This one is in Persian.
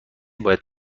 باید